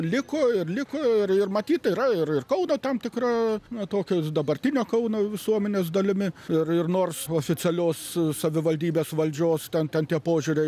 liko ir liko ir ir matyt yra ir ir kauno tam tikra tokios dabartinio kauno visuomenės dalimi ir ir nors oficialios savivaldybės valdžios ten ten tie požiūriai